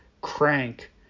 crank